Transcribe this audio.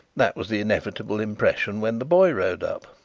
that was the inevitable impression when the boy rode up.